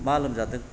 मा लोमजादों